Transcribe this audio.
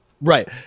right